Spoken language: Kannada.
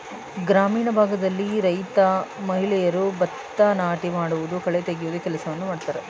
ಗ್ರಾಮೀಣ ಭಾಗದಲ್ಲಿ ರೈತ ಮಹಿಳೆಯರು ಭತ್ತ ನಾಟಿ ಮಾಡುವುದು, ಕಳೆ ತೆಗೆಯುವ ಕೆಲಸವನ್ನು ಮಾಡ್ತರೆ